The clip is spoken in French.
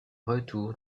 retour